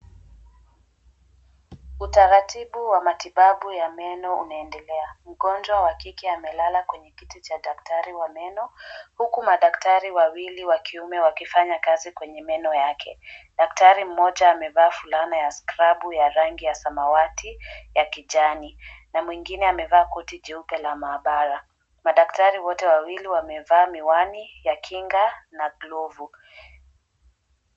Utaratibu wa matibabu ya meno unaendelea. Mgonjwa wa kike amelala kwenye kiti cha daktari wa meno, huku madaktari wawili wa kiume wakifanya kazi kwenye meno yake. Daktari mmoja amevaa fulana ya skrabu ya rangi ya samawati ya kijani, na mwingine amevaa koti jeupe la maabara. Madaktari wote wawili wamevaa miwani ya kinga na glovu.